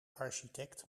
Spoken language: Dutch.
architect